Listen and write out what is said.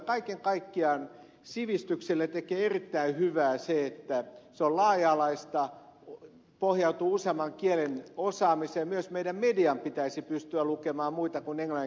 kaiken kaikkiaan sivistykselle tekee erittäin hyvää se että se on laaja alaista pohjautuu useamman kielen osaamiseen ja myös meidän median pitäisi pystyä lukemaan muita kuin englanninkielisiä lehtiä